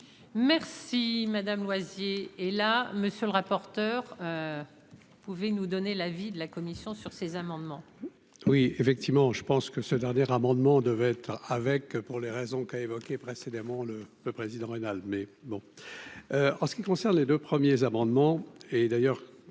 Merci madame Loisier et là, monsieur le rapporteur, vous pouvez nous donner l'avis de la commission sur ces amendements. Oui, effectivement, je pense que ce dernier amendement devait être avec, pour les raisons qu'a évoqué précédemment le le président mais bon en ce qui concerne les deux premiers amendements et d'ailleurs,